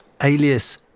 alias